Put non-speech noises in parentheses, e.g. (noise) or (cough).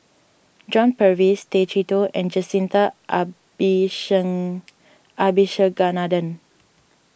John Purvis Tay Chee Toh and Jacintha (unintelligible) Abisheganaden